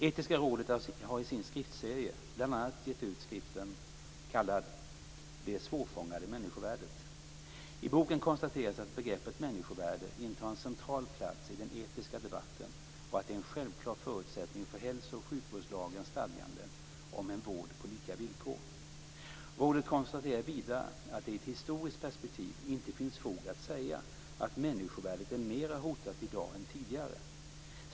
Etiska rådet har i sin skriftserie bl.a. gett ut skriften Det svårfångade människovärdet. I boken konstateras att begreppet människovärde intar en central plats i den etiska debatten och att det är en självklar förutsättning för hälso och sjukvårdslagens stadganden om en vård på lika villkor. Rådet konstaterar vidare att det i ett historiskt perspektiv inte finns fog att säga att människovärdet är mer hotat i dag än tidigare.